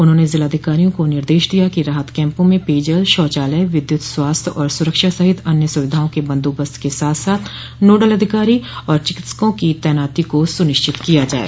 उन्होंने जिलाधिकारियों को निर्देश दिया कि राहत कैम्पों में पेयजल शौचालय विद्युत स्वास्थ्य और सुरक्षा सहित अन्य सुविधाओं के बंदोबस्त के साथ साथ नोडल अधिकारी और चिकित्सकों की तैनाती को सुनिश्चित किया जाये